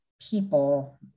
people